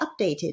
updated